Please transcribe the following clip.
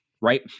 Right